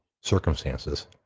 circumstances